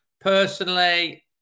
Personally